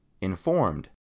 informed